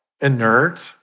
inert